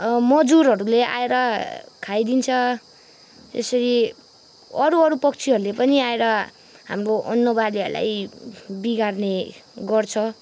मजुरहरूले आएर खाइदिन्छ यसरी अरू अरू पक्षीहरूले पनि आएर हाम्रो अन्न बालीहरूलाई बिगार्ने गर्छ